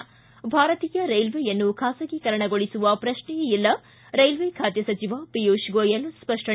ಿ ಭಾರತೀಯ ರೈಲ್ವೆಯನ್ನು ಖಾಸಗೀಕರಣಗೊಳಿಸುವ ಪ್ರಶ್ನೆಯೇ ಇಲ್ಲ ರೈಲ್ವೆ ಖಾತೆ ಸಚಿವ ಪಿಯೂಷ್ ಗೋಯಲ್ ಸ್ಪಷ್ಟನೆ